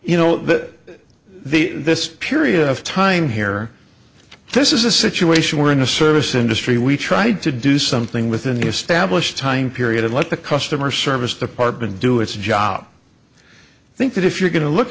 you know that the this period of time here this is a situation where in a service industry we tried to do something within the established time period and let the customer service department do its job i think that if you're going to look